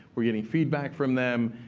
we're getting feedback from them.